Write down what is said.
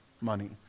money